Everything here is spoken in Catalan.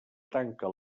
tanca